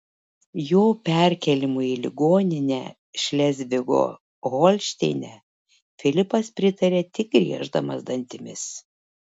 jo perkėlimui į ligoninę šlezvigo holšteine filipas pritarė tik grieždamas dantimis